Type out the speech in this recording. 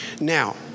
now